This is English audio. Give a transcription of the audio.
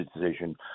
decision